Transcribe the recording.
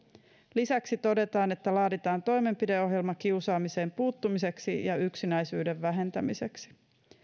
lisäksi todetaan laaditaan toimenpideohjelma kiusaamiseen puuttumiseksi ja yksinäisyyden vähentämiseksi